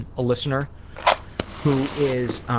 and a listener who is